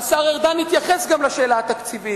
השר ארדן התייחס גם לשאלה התקציבית.